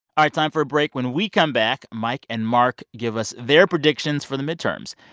ah time for a break. when we come back, mike and mark give us their predictions for the midterms,